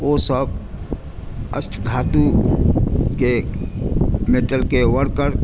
ओ सभ अष्टधातुमे मेटलके वर्कर